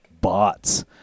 bots